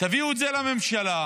תביאו את זה לממשלה,